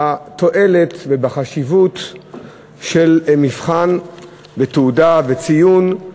בתועלת ובחשיבות של מבחן ותעודה וציון,